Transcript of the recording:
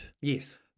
Yes